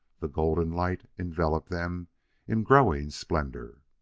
the golden light enveloped them in growing splendor.